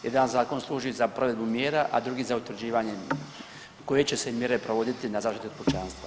Jedan zakon služi za provedbu mjera, a drugi za utvrđivanje koje će se mjere provoditi na zaštiti pučanstva.